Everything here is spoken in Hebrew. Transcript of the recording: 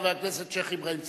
חבר הכנסת שיח' אברהים צרצור.